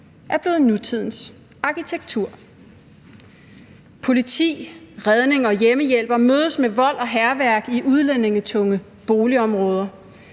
er blevet nutidens arkitektur. Politi, redning og hjemmehjælpere mødes med vold og hærværk i udlændingetunge boligområder.